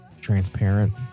transparent